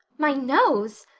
my nose?